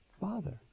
Father